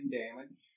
damage